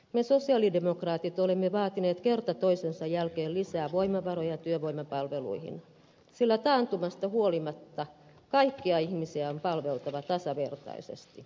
me sosiaalidemokraatit olemme vaatineet kerta toisensa jälkeen lisää voimavaroja työvoimapalveluihin sillä taantumasta huolimatta kaikkia ihmisiä on palveltava tasavertaisesti